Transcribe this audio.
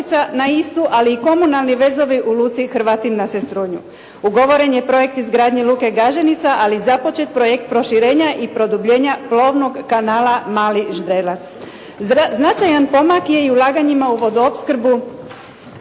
na istu, ali i komunalni vezovi u luci Hrvatin na Sestrunju. Ugovoren je projekt izgradnje luke Gaženica, ali i započet projekt proširenja i produbljenja plovnog kanala Mali Ždrelac. Značajan pomak je i u ulaganjima u vodoopskrbu